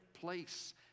place